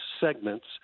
segments